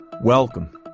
Welcome